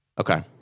Okay